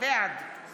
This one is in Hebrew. בעד